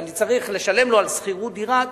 אני צריך לשלם לו על שכירות דירה,